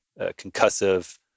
concussive